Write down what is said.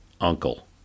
uncle